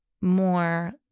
more